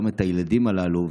גם את הילדים הללו,